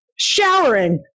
showering